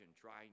trying